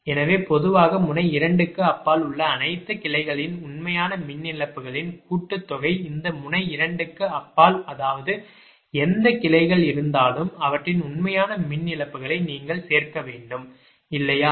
எனவே பொதுவாக முனை 2 க்கு அப்பால் உள்ள அனைத்து கிளைகளின் உண்மையான மின் இழப்புகளின் கூட்டுத்தொகை இந்த முனை 2 க்கு அப்பால் அதாவது எந்த கிளைகள் இருந்தாலும் அவற்றின் உண்மையான மின் இழப்புகளை நீங்கள் சேர்க்க வேண்டும் இல்லையா